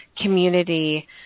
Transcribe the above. community